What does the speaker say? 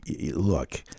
look